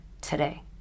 today